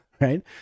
right